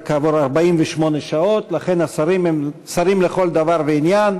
כעבור 48 שעות ולכן השרים הם שרים לכל דבר ועניין.